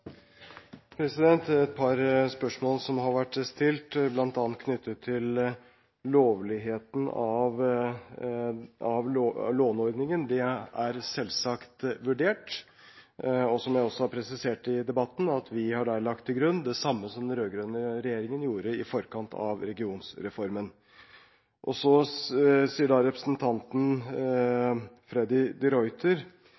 et par spørsmål som har vært stilt knyttet til bl.a. lovligheten av låneordningen. Det er selvsagt vurdert. Som jeg også har presisert i debatten, har vi lagt til grunn det samme som den rød-grønne regjeringen gjorde i forkant av regionreformen. Så